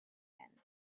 end